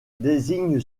désigne